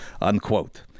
Unquote